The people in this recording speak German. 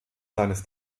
seines